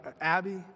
Abby